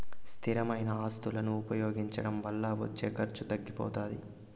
స్థిరమైన ఆస్తులను ఉపయోగించడం వల్ల వచ్చే ఖర్చు తగ్గిపోతాది